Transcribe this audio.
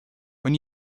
when